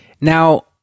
Now